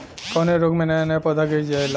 कवने रोग में नया नया पौधा गिर जयेला?